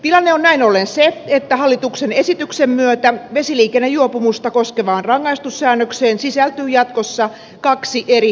tilanne on näin ollen se että hallituksen esityksen myötä vesiliikennejuopumusta koskevaan rangaistussäännökseen sisältyy jatkossa kaksi eri promillerajaa